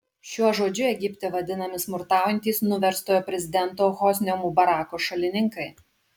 šiuo žodžiu egipte vadinami smurtaujantys nuverstojo prezidento hosnio mubarako šalininkai